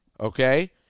okay